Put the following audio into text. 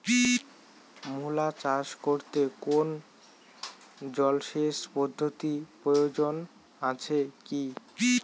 মূলা চাষ করতে কোনো জলসেচ পদ্ধতির প্রয়োজন আছে কী?